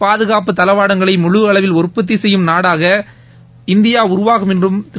பாதுகாப்பு தளவாடங்களை முழு அளவில் உற்பத்தி செய்யும் நாடாக இந்தியா உருவாகும் என்றும் திரு